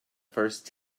first